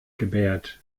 gebärt